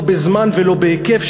לא בזמן ולא בהיקף,